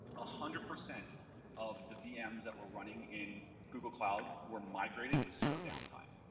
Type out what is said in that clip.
ah hundred percent of the vms that were running in google cloud were migrated with zero downtime.